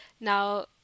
Now